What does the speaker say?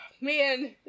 man